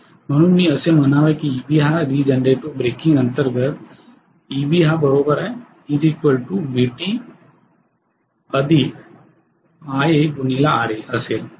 म्हणून मी असे म्हणावे की Eb हा रिजनरेटिव ब्रेकिंग अंतर्गत Eb VtIa Ra असेल